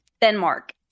Denmark